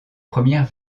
première